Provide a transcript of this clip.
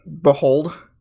behold